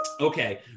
Okay